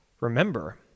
Remember